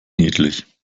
niedlich